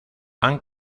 han